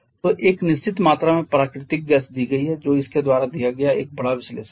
तो एक निश्चित मात्रा में प्राकृतिक गैस दी गई है जो इसके द्वारा दिया गया एक बड़ा विश्लेषण है